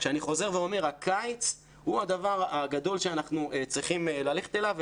אני חוזר ואומר: הקיץ הוא הדבר הגדול שאנחנו צריכים ללכת אליו,